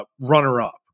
runner-up